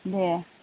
दे